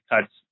cuts